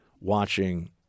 watching